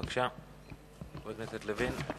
בבקשה, חבר הכנסת לוין.